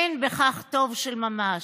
אין בכך טוב של ממש.